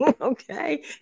Okay